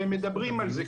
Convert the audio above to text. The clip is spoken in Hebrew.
והם מדברים על זה,